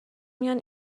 میان